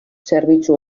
zerbitzu